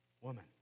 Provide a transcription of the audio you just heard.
woman